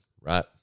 right